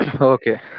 Okay